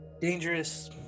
dangerous